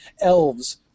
Elves